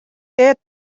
дээд